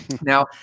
Now